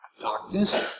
Darkness